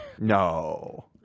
No